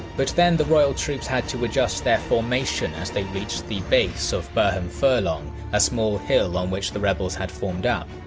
but then the royal troops had to adjust their formation as they reached the base of burham furlong a small hill on which the rebels had formed up.